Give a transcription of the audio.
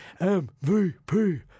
MVP